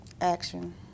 Action